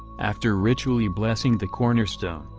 after ritually blessing the cornerstone,